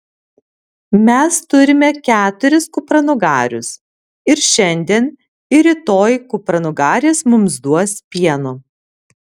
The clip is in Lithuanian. mes turime keturis kupranugarius ir šiandien ir rytoj kupranugarės mums duos pieno